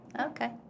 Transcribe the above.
Okay